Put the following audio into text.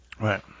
Right